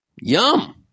Yum